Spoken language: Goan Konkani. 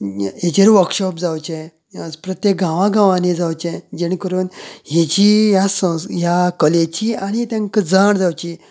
हेचेर वर्कशॉप जावचे प्रत्येक गांवां गांवंनी जावचे जेणे करून हेची ह्या संस्थे ह्या कलेची आनी तांकां जड जावची